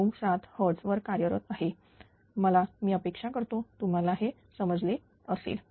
97 Hz वर कार्यरत आहे मला मी अपेक्षा करतो तुम्हाला हे समजले असेल